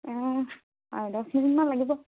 অঁ দহ মিনিটমান লাগিব